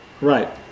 Right